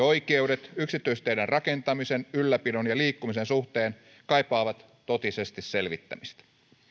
oikeudet yksityisteiden rakentamisen ylläpidon ja liikkumisen suhteen kaipaavat totisesti selvittämistä